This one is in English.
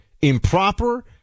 improper